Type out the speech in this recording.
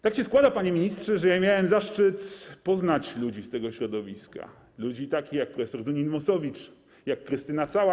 Tak się składa, panie ministrze, że ja miałem zaszczyt poznać ludzi z tego środowiska, ludzi takich jak prof. Dunin-Wąsowicz, jak Krystyna Cała.